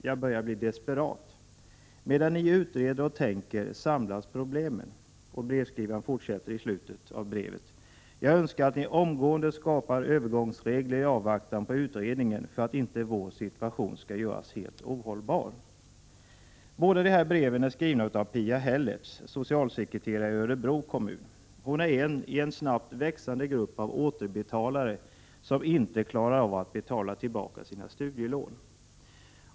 Jag börjar bli desperat. Medan ni utreder och tänker samlas problemen.” Och brevskrivaren fortsätter i slutet av brevet: ”Jag önskar att ni omgående skapar "övergångsregler i avvaktan på utredningen för att inte vår situation skall göras helt ohållbar.” Båda breven är skrivna av Pia Hellertz, socialsekreterare i Örebro kommun. Hon är en i en snabbt växande grupp av återbetalare som inte klarar av att betala tillbaka sina studielån.